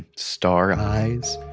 star eyes,